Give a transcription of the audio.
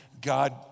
God